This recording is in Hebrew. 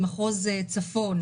שמעון לביא במחוז צפון,